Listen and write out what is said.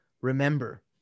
remember